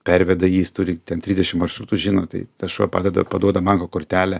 perveda jįjis turi ten trisdešim maršrutų žino tai tas šuo paveda paduoda banko kortelę